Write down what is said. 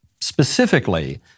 specifically